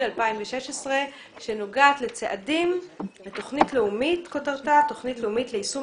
2016 שנוגעת לצעדים בתוכנית שכותרתה תוכנית לאומית ליישום